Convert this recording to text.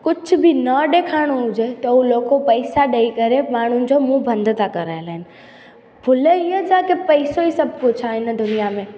कुझु बि न ॾेखारिणो हुजे त उहे लोको पैसा ॾेई करे माण्हुनि जो मुहं बंदि था कराए लाइनि भुल इअं ज आहे की पैसो ई सभु कुझु आहे हिन दुनिया में